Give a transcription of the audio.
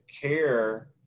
care